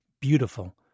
beautiful